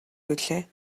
билээ